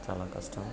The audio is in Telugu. చాలా కష్టం